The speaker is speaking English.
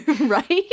Right